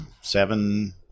seven